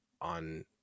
on